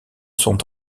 sont